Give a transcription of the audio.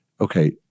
Okay